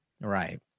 Right